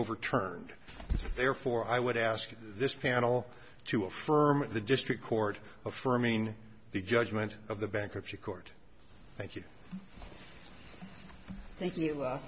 overturned therefore i would ask this panel to affirm the district court of firming the judgment of the bankruptcy court thank you thank you